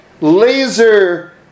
laser